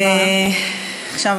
עכשיו,